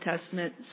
Testament